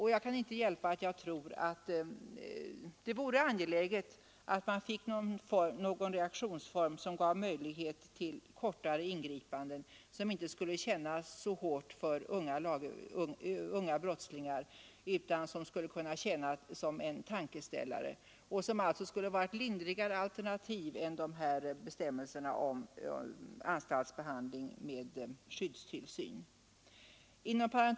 Jag kan inte hjälpa att jag tror det vore angeläget att man fick någon reaktionsform som gav möjlighet till kortare frihetsberövanden som inte skulle kännas så hårda för unga brottslingar utan tjäna som en tankeställare. Det skulle vara ett lindrigare alternativ än bestämmelserna om anstaltsbehandling med skyddstillsyn. Herr talman!